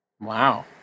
wow